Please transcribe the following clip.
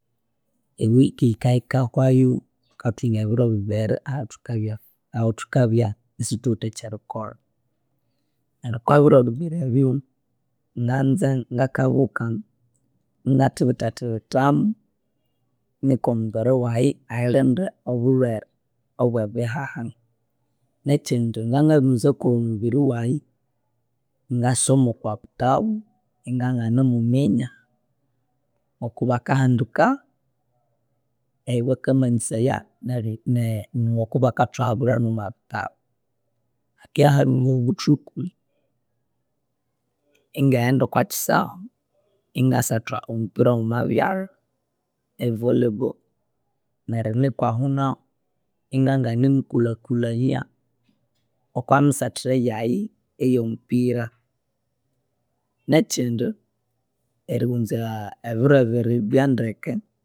Ewiki yikabya yikahwayo thukathunga ebiro bibiri ahathukabya ahathukabya isithuwithe ekyerikolha neryo okwebiro bibiri nganza ngakabuka yingathibitha thibitha thibithamu niko omubiriwaye ayerinde obulhwere obwebihaha nekyindi ngabyangabiriwunza ngakolha omubiriwahge ingasoma okobuthabu ingabya nganimumiya ngokobakahandika ewikamanyisaya ngokubakathuhabulha nomwebithabu hakibya habiriwa obuthuku ingeghenda okwakyisahu ingasatha omupira womwebyalha, evolleyball, neryo nikwa ahuhu nahu inganganimukulhakulhania okwemisathire yaye eyo mupira nekyindi eriwunza ebiro bibiri bya ndeke